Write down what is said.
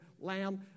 lamb